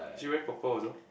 she wearing purple also